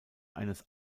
eines